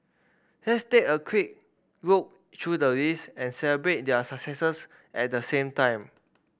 let's take a quick look through the list and celebrate their successes at the same time